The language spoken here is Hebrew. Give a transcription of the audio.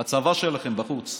הצבא שלכם בחוץ.